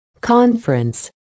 conference